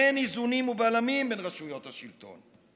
אין איזונים ובלמים בין רשויות השלטון,